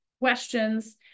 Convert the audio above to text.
questions